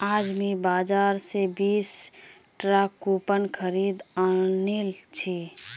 आज मुई बाजार स बीस टकार कूपन खरीदे आनिल छि